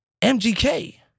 MGK